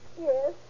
Yes